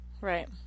Right